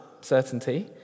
certainty